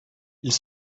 ils